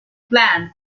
planned